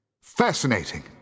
Fascinating